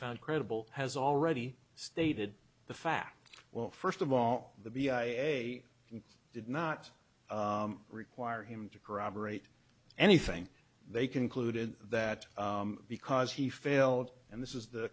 found credible has already stated the fact well first of all the b i a did not require him to corroborate anything they concluded that because he failed and this is the